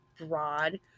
broad